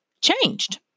changed